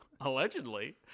Allegedly